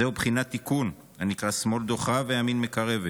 זהו בחינת תיקון הנקרא 'שמאל דוחה וימין מקרבת'.